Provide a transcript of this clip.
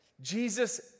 Jesus